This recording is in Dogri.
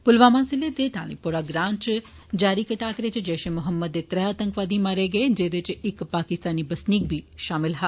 प्लवामा जिले दे क्सपचवतं ग्रां इच जारी इक टाकरे इच जैश ए मोहम्मद दे त्रै आतंकवादी मारे गे जेदे इच इक पाकिस्तानी बसनीक बी शामल ऐ